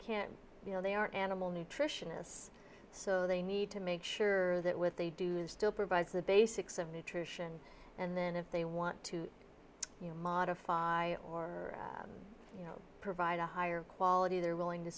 can you know they are animal nutritionists so they need to make sure that with they do still provide the basics of nutrition and then if they want to modify or you know provide a higher quality they're willing to